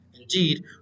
Indeed